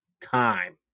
time